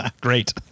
great